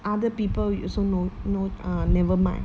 other people you also know no no uh nevermind